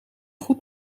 goed